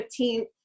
15th